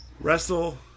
Wrestle